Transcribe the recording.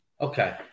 Okay